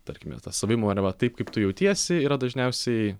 tarkime ta savimonė va taip kaip tu jautiesi yra dažniausiai